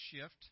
shift